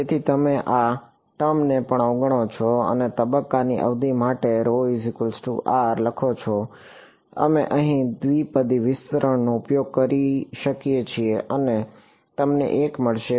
તેથી તમે આ ટર્મ ને પણ અવગણો છો અને તબક્કાની અવધિ માટે તમે લખો છો અમે અહીં દ્વિપદી વિસ્તરણનો ઉપયોગ કરી શકીએ છીએ અને તમને એક મળશે